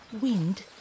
wind